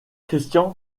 christian